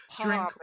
Drink